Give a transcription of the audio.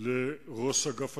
אדוני סגן